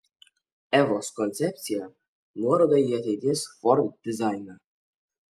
evos koncepcija nuoroda į ateities ford dizainą